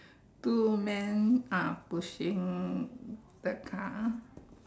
two man are pushing the car